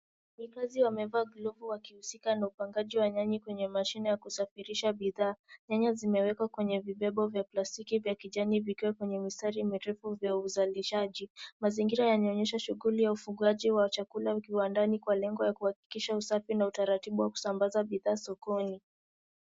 Wafanyikazi wamevaa glovu wakihusika na upangaji wa nyanya kwenye mashine ya kusafirisha bidhaa. Nyanya zimewekwa kwenye vibebo vya plastiki vya kijani vikiwa kwenye mistari mirefu vya uzalishaji. Mazingira yanaonyesha shughuli ya ufugaji wa chakula viwandani kwa lengo ya kuhakikisha usafi na utaratibu wa kusambaza bidhaa sokoni.